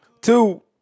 two